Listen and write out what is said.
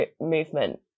movement